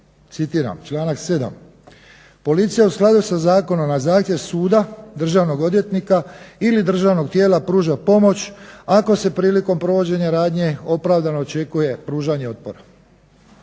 citiram članak 7.: "Policija u skladu sa zakonom na zahtjev suda, državnog odvjetnika ili državnog tijela pruža pomoć ako se prilikom provođenja radnje opravdano očekuje pružanje otpora."